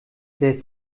der